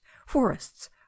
forests